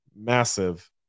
massive